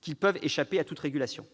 qu'ils peuvent échapper à toute régulation.